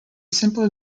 simpler